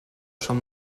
són